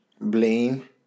Blame